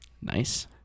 Nice